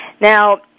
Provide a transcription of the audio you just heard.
Now